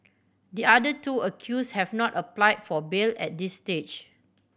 the other two accused have not applied for bail at this stage